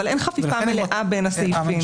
אבל אין חפיפה מלאה בין הסעיפים.